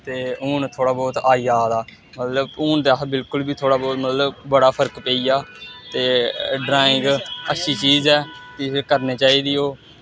ते हून थोह्ड़ा बोह्त आई जा दा मतलब हून ते अस बिल्कुल बी थोह्ड़ा बोह्त मतलब बड़ा फर्क पेई गेआ ते ड्राईंग अच्छी चीज ऐ ते करनी चाहिदी ओह्